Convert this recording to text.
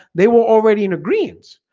they were already in agreeance,